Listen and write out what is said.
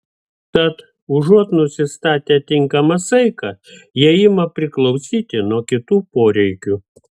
tad užuot nusistatę tinkamą saiką jie ima priklausyti nuo kitų poreikių